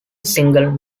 single